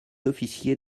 officier